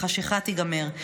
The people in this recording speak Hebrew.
החשכה תיגמר.